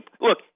look